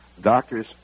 doctors